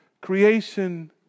Creation